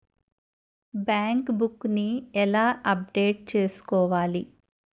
Bank book నీ ఎలా update చేసుకోవాలి?